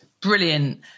Brilliant